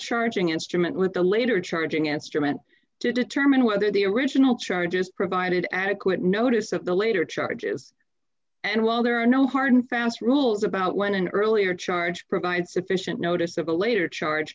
charging instrument with a later charging instrument to determine whether the original charges provided adequate notice of the later charges and while there are no hard and fast rules about when an earlier charge provides sufficient notice of a later charge